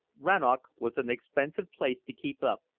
rannoch was an expensive place to keep up,